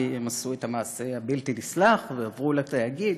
כי הם עשו את המעשה הבלתי-נסלח ועברו לתאגיד,